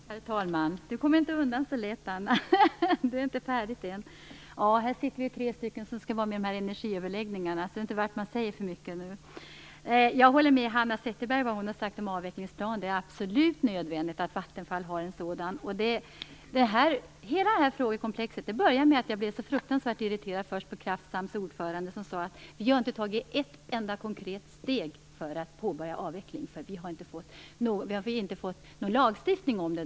Herr talman! Så lätt kommer inte Anna undan! Det är inte färdigt än! Här sitter tre personer som skall vara med i energiöverläggningarna, så det är inte värt att man säger för mycket nu. Jag instämmer i vad Hanna Zetterberg sade om avvecklingsplanen. Det är absolut nödvändigt att Vattenfall har en sådan. Hela detta frågekomplex började med att jag blev så fruktansvärt irriterad på Kraftsams ordförande, som sade att de inte tagit ett enda konkret steg för att påbörja en avveckling, eftersom det inte fanns någon lagstiftning om det.